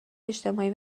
اجتماعی